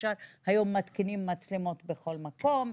היום מתקינים מצלמות בכל מקום,